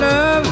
Love